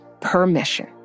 permission